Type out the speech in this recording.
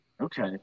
Okay